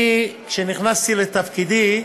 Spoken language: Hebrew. אני, כשנכנסתי לתפקידי,